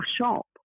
shop